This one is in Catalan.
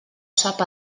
sap